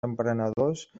emprenedors